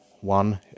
one